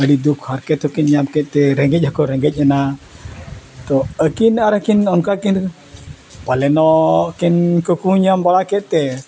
ᱟᱹᱰᱤ ᱫᱩᱠ ᱦᱟᱨᱠᱮᱛ ᱦᱚᱸᱠᱤᱱ ᱧᱟᱢ ᱠᱮᱫ ᱛᱮ ᱨᱮᱸᱜᱮᱡ ᱦᱚᱸᱠᱚ ᱨᱮᱸᱜᱮᱡ ᱮᱱᱟ ᱛᱚ ᱟᱹᱠᱤᱱ ᱟᱨ ᱟᱹᱠᱤᱱ ᱚᱱᱠᱟ ᱠᱤᱱ ᱯᱟᱞᱮᱱᱚᱜ ᱠᱤᱱ ᱠᱩᱠᱢᱩ ᱧᱟᱢ ᱵᱟᱲᱟ ᱠᱮᱫ ᱛᱮ